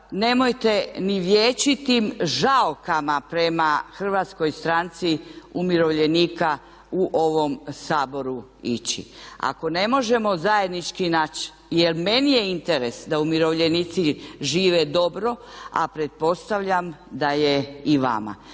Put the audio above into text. nemojte ni vječitim žaokama prema Hrvatskoj stranci umirovljenika u ovom Saboru ići. Ako ne možemo zajednički naći, jer meni je interes da umirovljenici žive dobro, a pretpostavljam da je i vama.